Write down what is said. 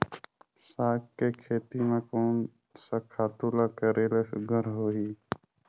साग के खेती म कोन स खातु ल करेले सुघ्घर होही?